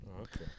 okay